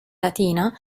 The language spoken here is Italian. latina